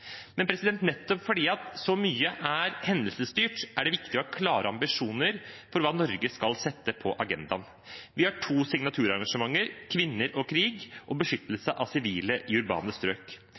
Nettopp fordi så mye er hendelsesstyrt, er det viktig å ha klare ambisjoner om hva Norge skal sette på agendaen. Vi har to signaturengasjementer: kvinner og krig og beskyttelse av sivile i urbane strøk.